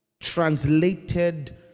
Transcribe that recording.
translated